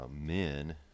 men